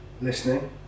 listening